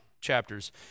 chapters